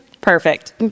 Perfect